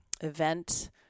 event